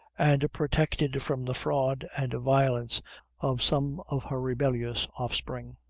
and protected from the fraud and violence of some of her rebellious offspring,